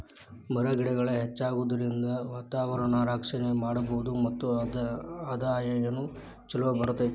ಮರ ಗಿಡಗಳ ಹೆಚ್ಚಾಗುದರಿಂದ ವಾತಾವರಣಾನ ರಕ್ಷಣೆ ಮಾಡಬಹುದು ಮತ್ತ ಆದಾಯಾನು ಚುಲೊ ಬರತತಿ